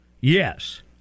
Yes